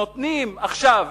נותנים עכשיו,